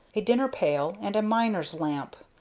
a dinner-pail, and a miner's lamp.